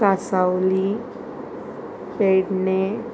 Cansaulim Pernem